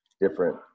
different